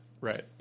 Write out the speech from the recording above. Right